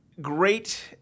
great